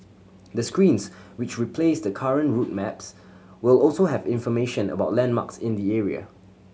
the screens which replace the current route maps will also have information about landmarks in the area